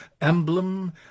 emblem